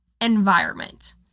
environment